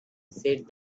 said